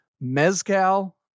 mezcal